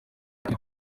iri